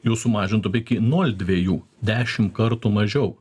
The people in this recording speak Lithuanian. jų sumažintų iki nol dviejų dešim kartų mažiau